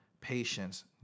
patience